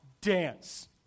dance